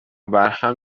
وبرهم